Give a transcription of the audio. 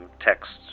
texts